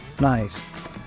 Nice